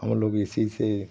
हम लोग इसी से